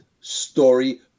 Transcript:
story